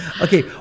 Okay